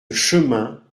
chemin